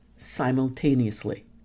simultaneously